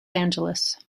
angeles